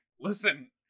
listen